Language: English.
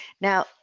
Now